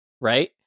right